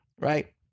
Right